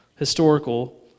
Historical